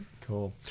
Cool